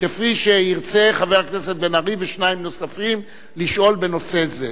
כפי שירצו חבר הכנסת בן-ארי ושניים נוספים לשאול בנושא זה.